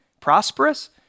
prosperous